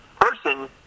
person